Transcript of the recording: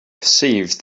perceived